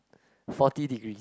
forty degrees